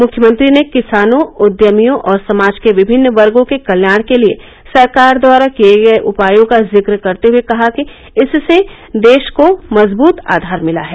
मुख्यमंत्री ने किसानों उद्यमियों और समाज के विभिन्न वर्गो के कत्याण के लिए सरकार द्वारा किए उपायों का जिक्र करते हए कहा कि इससे देश को मजबूत आधार मिला है